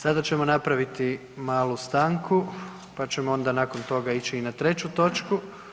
Sada ćemo napraviti malu stanku, pa ćemo onda nakon toga ići i na treću točku.